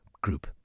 group